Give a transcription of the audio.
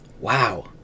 Wow